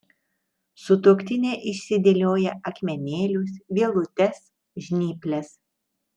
sutuoktinė išsidėlioja akmenėlius vielutes žnyples